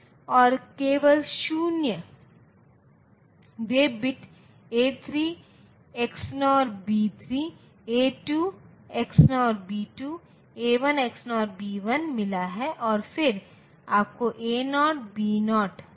तो अगर यह है तो वे 0 0 0 1 1 0 और 1 1 हो सकते हैं इसलिए सामान्य तौर पर लौ वैल्यू का प्रतिनिधित्व करने के लिए 0 और लॉजिक हाई वैल्यू का प्रतिनिधित्व करने के लिए 1 का उपयोग करेगा